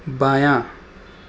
بایاں